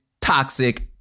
toxic